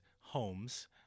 homes